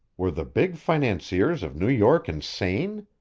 were the big financiers of new york insane?